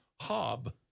Hob